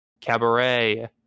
Cabaret